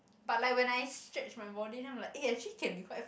but like when I stretch my body then I'm like ya actually can be quite